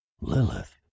Lilith